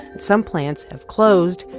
some plants have closed,